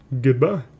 Goodbye